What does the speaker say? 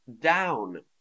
Down